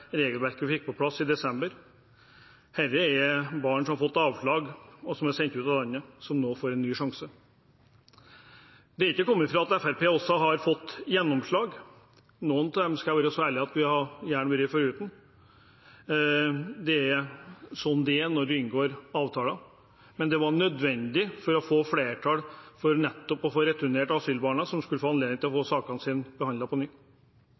regelverket vi fikk på plass i desember. Dette er barn som har fått avslag, og som er sendt ut av landet, som nå får en ny sjanse. Det er ikke til å komme fra at Fremskrittspartiet også har fått gjennomslag. Noen av dem skal jeg være så ærlig å si at vi gjerne hadde vært foruten. Det er sånn det er når du inngår avtaler. Det var nødvendig for å få flertall for at de returnerte asylbarna skulle få anledning til å få sakene sine behandlet på